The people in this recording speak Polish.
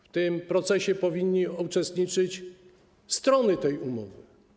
W tym procesie powinny uczestniczyć strony tej umowy.